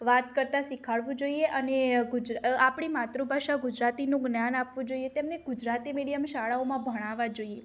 વાત કરતાં શીખવાડવું જોઈએ અને આપણી માતૃભાષા ગુજરાતીનું જ્ઞાન આપવું જોઈએ તેમને ગુજરાતી મીડિયમ શાળાઓમાં ભણાવવાં જોઈએ